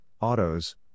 autos